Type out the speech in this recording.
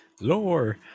lore